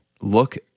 Look